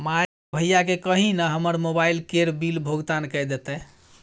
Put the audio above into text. माय गे भैयाकेँ कही न हमर मोबाइल केर बिल भोगतान कए देतै